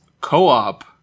co-op